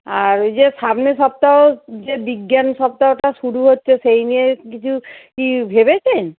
আর ওই যে সামনের সপ্তাহ যে বিজ্ঞান সপ্তাহটা শুরু হচ্ছে সেই নিয়ে কিছু কি ভেবেছেন